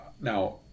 Now